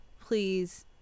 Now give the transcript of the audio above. please